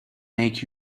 make